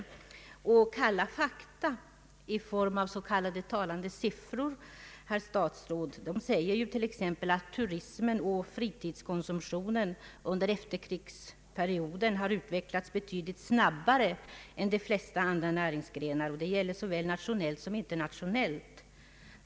Kalla fakta i form av s.k. talande siffror, herr statsråd, säger t.ex. att turismen och fritidskonsumtionen under efterkrigsperioden har utvecklats betydligt snabbare än de flesta andra näringsgrenar. Det gäller såväl nationellt som internationellt.